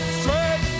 straight